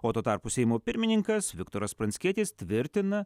o tuo tarpu seimo pirmininkas viktoras pranckietis tvirtina